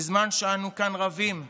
בזמן שאנו כאן רבים,